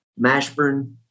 Mashburn